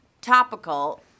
topical